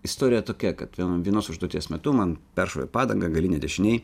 istorija tokia kad vienu vienos užduoties metu man peršovė padangą galinę dešinėj